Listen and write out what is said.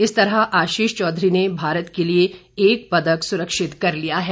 इस तरह आशीष चौधरी ने भारत के लिए एक पदक सुरक्षित कर लिया है